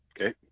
Okay